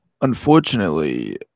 Unfortunately